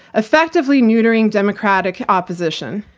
effectively neutering democratic opposition.